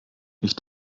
ich